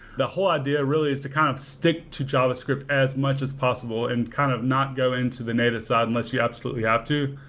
the whole idea really is to kind of stick to javascript as much as possible and kind of not go into the native side unless you absolutely have to.